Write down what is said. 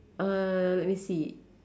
uh let me see